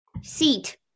Seat